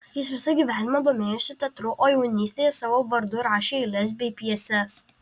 jis visą gyvenimą domėjosi teatru o jaunystėje savo vardu rašė eiles bei pjeses